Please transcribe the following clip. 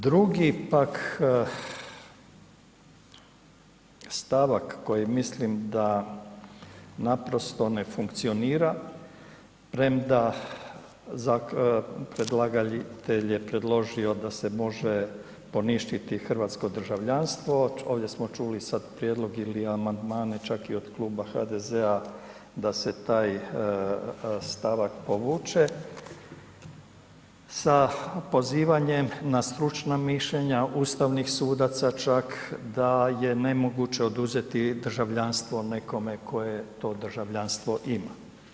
Drugi pak stavak koji mislim da naprosto ne funkcionira premda predlagatelj je predložio da se može poništiti hrvatsko državljanstvo ovdje samo čuli sad prijedlog ili amandmane čak i od Kluba HDZ-a da se taj stavak povuče da pozivanjem na stručna mišljenja ustavnih sudaca da je nemoguće oduzeti državljanstvo nekome tko je to državljanstvo imao.